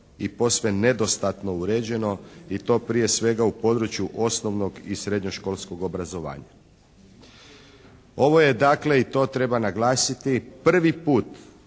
i posve nedostatno uređeno i to prije svega u području osnovnog i srednjoškolskog obrazovanja. Ovo je dakle, i to treba naglasiti, prvi put